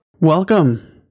welcome